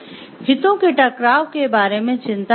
हितों के टकराव के बारे में चिंता क्या है